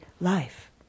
life